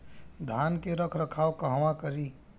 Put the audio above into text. धान के रख रखाव कहवा करी?